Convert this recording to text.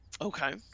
Okay